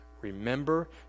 remember